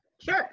Sure